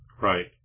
Right